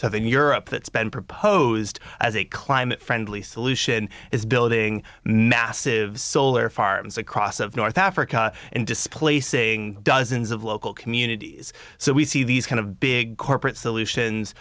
southern europe that's been proposed as a climate friendly solution is building massive solar farms across of north africa and displacing dozens of local communities so we see these kind of big corporate solutions